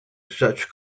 such